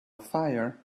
fire